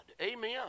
Amen